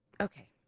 okay